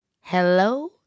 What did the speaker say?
Hello